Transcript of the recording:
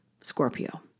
Scorpio